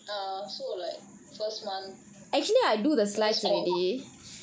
um so like first month first quart~